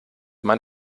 man